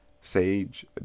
Sage